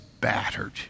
battered